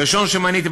הראשון שמניתי,